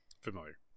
Familiar